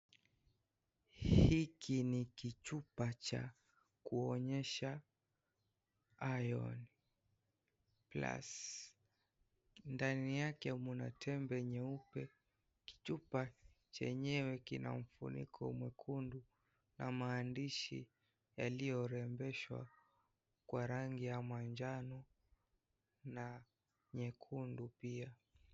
Hiki ni kichupa cha kuonyesha iron plus. Ndani yake muna tembe yeupe. Kichupa chenyewe kina ufuniko nyekundu. Na maandishi yaliyorembeshwa kwa rangi ya manjano na nyekundu pia.